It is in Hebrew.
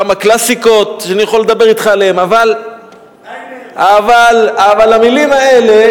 כמה קלאסיקות שאני יכול לדבר אתך עליהן אבל המלים האלה,